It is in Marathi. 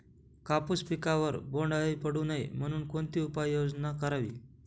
कापूस पिकावर बोंडअळी पडू नये म्हणून कोणती उपाययोजना करावी?